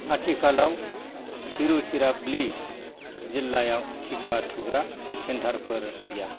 आथिखालाव तिरुचिरापलि जिल्लायाव टिका थुग्रा सेन्टारफोर गैया